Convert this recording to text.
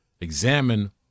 examine